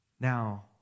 Now